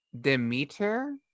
demeter